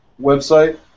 website